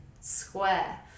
square